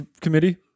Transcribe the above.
Committee